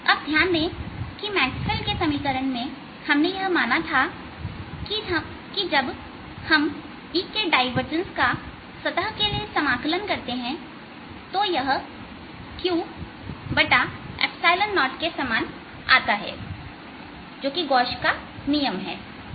अब ध्यान दें कि मैक्सवेल के समीकरण में हमने माना था कि जब हम डाइवर्जंस E का सतह के लिए समाकलन करते हैं तो यह q0के समान आता हैजो कि गोश का नियम है